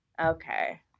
okay